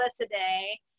today